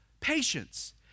patience